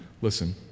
listen